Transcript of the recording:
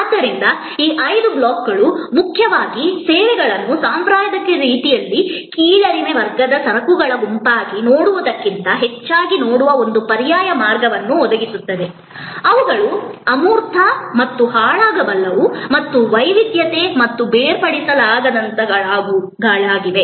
ಆದ್ದರಿಂದ ಈ ಐದು ಬ್ಲಾಕ್ಗಳು ಮುಖ್ಯವಾಗಿ ಸೇವೆಗಳನ್ನು ಸಾಂಪ್ರದಾಯಿಕ ರೀತಿಯಲ್ಲಿ ಕೀಳರಿಮೆ ವರ್ಗದ ಸರಕುಗಳ ಗುಂಪಾಗಿ ನೋಡುವುದಕ್ಕಿಂತ ಹೆಚ್ಚಾಗಿ ನೋಡುವ ಒಂದು ಪರ್ಯಾಯ ಮಾರ್ಗವನ್ನು ಒದಗಿಸುತ್ತವೆ ಅವುಗಳು ಅಮೂರ್ತ ಮತ್ತು ಹಾಳಾಗಬಲ್ಲವು ಮತ್ತು ವೈವಿಧ್ಯತೆ ಮತ್ತು ಬೇರ್ಪಡಿಸಲಾಗದಂತಹವುಗಳಾಗಿವೆ